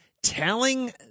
Telling